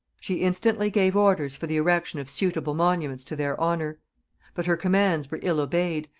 she instantly gave orders for the erection of suitable monuments to their honor but her commands were ill obeyed,